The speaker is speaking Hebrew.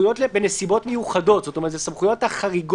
אי-אפשר לחרוג